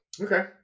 Okay